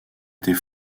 était